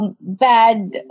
bad